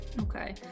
Okay